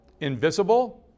invisible